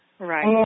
Right